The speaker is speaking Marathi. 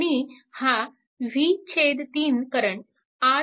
आणि हा v3 करंट आत शिरत आहे